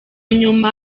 nyuma